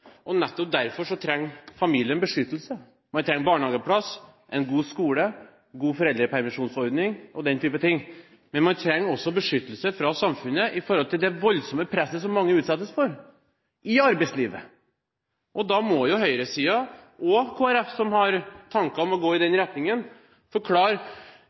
og nettopp derfor trenger familien beskyttelse. Man trenger barnehageplass, en god skole, en god foreldrepermisjonsordning og den type ting, men man trenger også beskyttelse fra samfunnet i forhold til det voldsomme presset som mange utsettes for i arbeidslivet, og da må jo høyresiden – og Kristelig Folkeparti, som har tanker om å gå i den